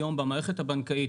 היום במערכת הבנקאית,